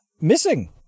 missing